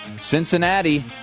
Cincinnati